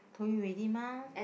told you already mah